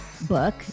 book